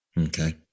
Okay